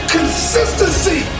Consistency